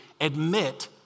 Admit